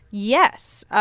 yes.